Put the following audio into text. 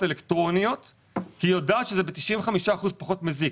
אלקטרוניות כי היא יודעת שזה ב-95 אחוזים פחות מזיק.